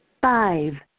five